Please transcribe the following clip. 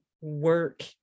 work